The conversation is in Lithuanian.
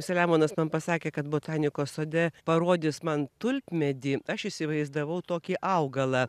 selemonas man pasakė kad botanikos sode parodys man tulpmedį aš įsivaizdavau tokį augalą